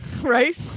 Right